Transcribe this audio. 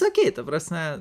okei ta prasme